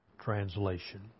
translation